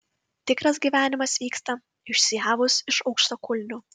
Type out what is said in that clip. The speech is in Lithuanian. tikras gyvenimas vyksta išsiavus iš aukštakulnių